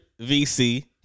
VC